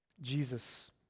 Jesus